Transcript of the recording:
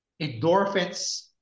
endorphins